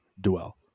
dwell